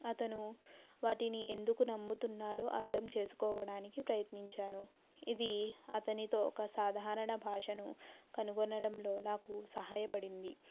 అతను వాటిని ఎందుకు నమ్ముతున్నాడో అర్థం చేస్కోవడానికి ప్రయత్నించాను ఇది అతనితో ఒక సాధారణ భాషను కనుగొనడంలో నాకు సహాయ పడింది